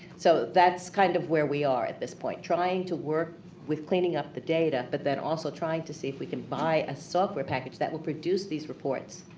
so that's kind of where we are at this point, trying to work with cleaning up the data but then also trying to see if we can buy a software package that will produce these reports